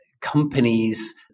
companies